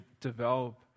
develop